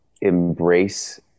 embrace